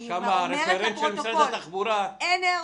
אני אומרת לפרוטוקול, אין היערכות.